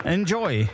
Enjoy